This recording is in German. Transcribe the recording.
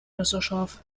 messerscharf